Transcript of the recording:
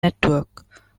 network